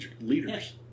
leaders